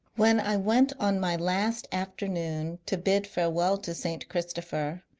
when i went on my last afternoon to bid farewell to st. christopher,